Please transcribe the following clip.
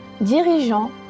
dirigeants